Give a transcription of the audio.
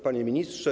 Panie Ministrze!